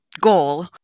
goal